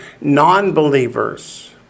non-believers